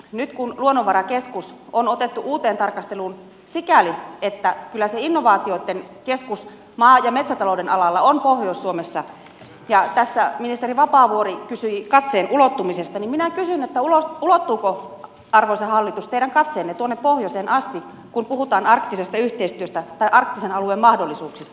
nyt kun luonnonvarakeskus on otettu uuteen tarkasteluun sikäli että kyllä se innovaatioitten keskus maa ja metsätalouden alalla on pohjois suomessa ja tässä ministeri vapaavuori kysyi katseen ulottumisesta niin minä kysyn ulottuuko arvoisa hallitus teidän katseenne tuonne pohjoiseen asti kun puhutaan arktisesta yhteistyöstä tai arktisen alueen mahdollisuuksista